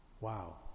Wow